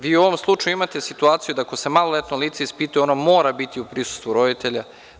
Vi u ovom slučaju imate situaciju da ako se maloletno lice ispituje ono mora biti u prisustvu roditelja.